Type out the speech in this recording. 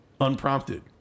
unprompted